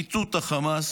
מיטוט החמאס,